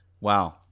Wow